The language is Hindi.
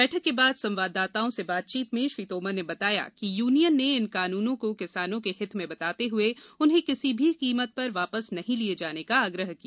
बैठक के बाद संवाददाताओं से बातचीत में श्री तोमर ने बताया कि यूनियन ने इन कानूनों को किसानों के हित में बताते हुए उन्हें किसी भी कीमत पर वापस नहीं लिये जाने का आग्रह किया